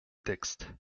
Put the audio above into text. texte